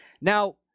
Now